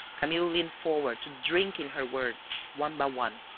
camillo leaned forward to drink in her words one by one.